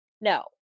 no